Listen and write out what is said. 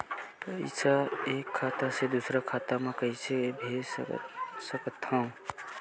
पईसा एक खाता से दुसर खाता मा कइसे कैसे भेज सकथव?